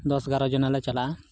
ᱫᱚᱥ ᱮᱜᱟᱨᱚ ᱡᱚᱱᱟ ᱞᱮ ᱪᱟᱞᱟᱜᱼᱟ